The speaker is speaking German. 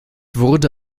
wurde